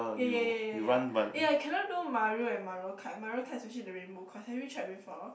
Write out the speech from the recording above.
yeah yeah yeah yeah yeah eh I cannot do Mario and Mario-Kart Mario-Kart especially the rainbow course have you tried before